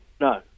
no